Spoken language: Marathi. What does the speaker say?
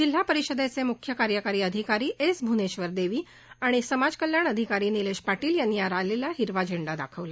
जिल्हा परिषदेचे मुख्य कार्यकारी अधिकारी एस भ्नेश्वर देवी आणि समाज कल्याण अधिकारी निलेश पाटील यांनी या रॅलीला हिरवा झैंडा दाखवला